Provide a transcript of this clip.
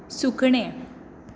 सुकणें